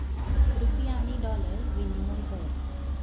रुपया आनी डॉलर विनिमय दर